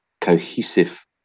cohesive